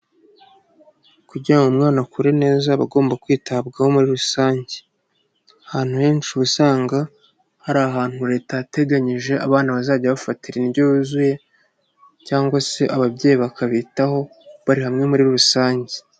Kugira ngo umwana akure neza aba agomba kwitabwaho muri rusange, ahantu henshi usanga, hari ahantu leta yateganyije, abana bazajya bafatira indyo yuzuye cyangwa se ababyeyi bakabitaho, bari hamwe muri rusange.